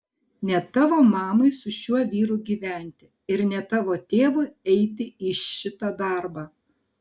ne tavo mamai su šiuo vyru gyventi ir ne tavo tėvui eiti į šitą darbą